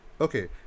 Okay